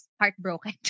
Heartbroken